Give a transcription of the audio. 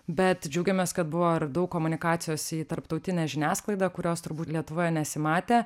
bet džiaugiamės kad buvo ir daug komunikacijos į tarptautinę žiniasklaidą kurios turbūt lietuvoje nesimatė